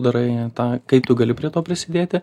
darai tą kaip tu gali prie to prisidėti